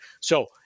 So-